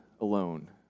alone